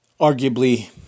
arguably